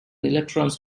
electrons